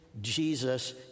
Jesus